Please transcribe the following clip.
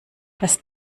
das